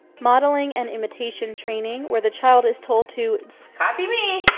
modeling and imitation training, where the child is told to copy me